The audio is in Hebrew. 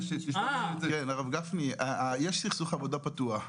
הרב גפני, יש סכסוך עבודה פתוח.